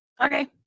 Okay